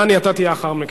דני, אתה תהיה לאחר מכן.